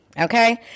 okay